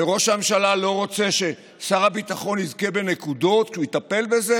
וראש הממשלה לא רוצה ששר הביטחון יזכה בנקודות כי הוא יטפל בזה,